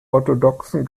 orthodoxen